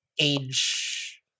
age